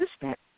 assistant